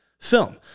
film